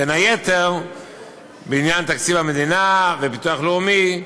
בין היתר בעניין תקציב המדינה, ביטוח לאומי,